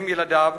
אם ילדיו,